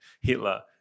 Hitler